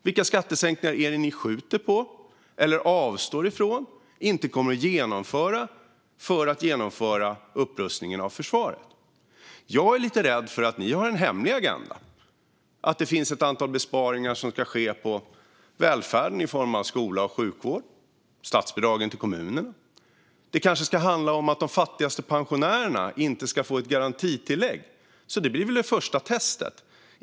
Vilka skattesänkningar är det ni skjuter på, avstår ifrån eller inte kommer att genomföra för att genomföra upprustningen av försvaret? Jag är lite rädd för att ni har en hemlig agenda och att det finns ett antal besparingar som ska göras på välfärden i form av skola och sjukvård eller statsbidragen till kommunerna. Det kanske ska handla om att de fattigaste pensionärerna inte ska få ett garantitillägg. Det blir väl det första testet.